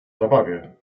zabawie